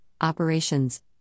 operations